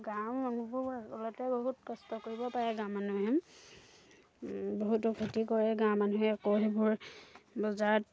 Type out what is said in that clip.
গাঁৱৰ মানুহবোৰ আচলতে বহুত কষ্ট কৰিব পাৰে গাঁও মানুহে বহুতো খেতি কৰে গাঁৱৰ মানুহে আকৌ সেইবোৰ বজাৰত